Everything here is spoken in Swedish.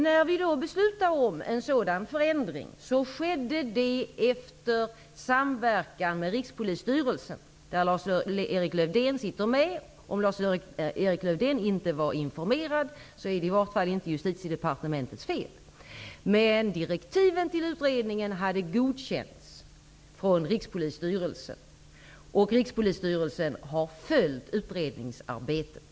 När vi beslutade om en sådan förändring skedde det efter samverkan med Rikspolisstyrelsen, där Lars Erik Lövdén sitter med. Om Lars-Erik Lövdén inte var informerad är det i vart fall inte Justitiedepartementets fel. Men direktiven till utredningen hade godkänts av Rikspolisstyrelsen som har följt utredningsarbetet.